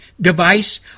device